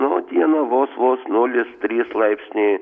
na o dieną vos vos nulis trys laipsniai